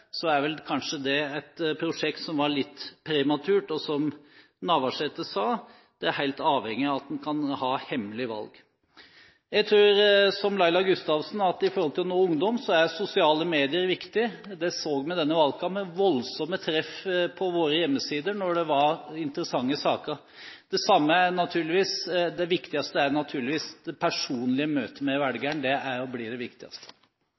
er vel kanskje det et prosjekt som var litt prematurt. Som statsråd Navarsete sa, er det helt avhengig av at vi kan ha hemmelige valg. Jeg tror, som Laila Gustavsen, at for å nå ungdom er sosiale medier viktig. Vi hadde i denne valgkampen voldsomme treff på våre hjemmesider når det var interessante saker. Det viktigste er naturligvis det personlige møte med velgeren. Det er og blir det viktigste.